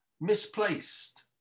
misplaced